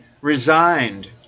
resigned